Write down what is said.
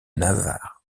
navarre